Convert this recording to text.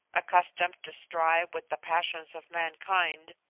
accustomed to strive with the passions of mankind,